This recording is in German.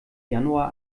januar